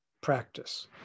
practice